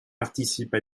participe